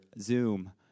zoom